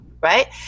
right